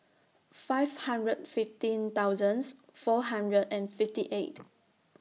five hundred fifteen thousands four hundred and fifty eight